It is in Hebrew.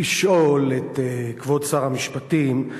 רציתי לשאול את כבוד שר המשפטים,